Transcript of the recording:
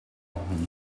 хүн